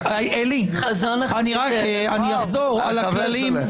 אחזור על הכללים.